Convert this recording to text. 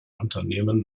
unternehmen